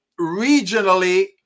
regionally